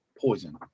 poison